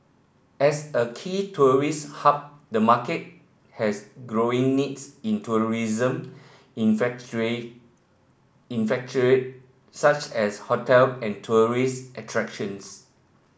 as a key tourist hub the market has growing needs in tourism infrastructure such as hotel and tourist attractions